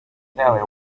celia